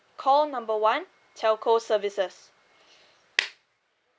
call number one telco services